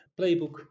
playbook